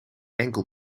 enkel